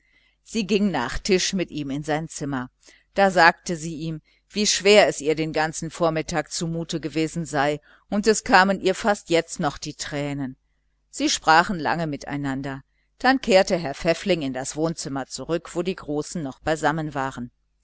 sie ging nach tisch mit ihm in sein zimmer da sagte sie ihm wie schwer es ihr den ganzen vormittag zumute gewesen sei und es kamen ihr fast jetzt noch die tränen sie sprachen lange miteinander dann kehrte herr pfäffling in das wohnzimmer zurück wo die großen noch beisammen waren